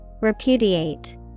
Repudiate